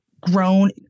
grown